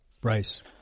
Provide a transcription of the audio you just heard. Bryce